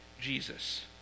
Jesus